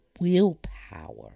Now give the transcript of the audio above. willpower